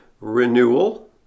renewal